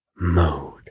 mode